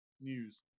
news